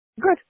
Good